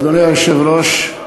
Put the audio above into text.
אדוני היושב-ראש,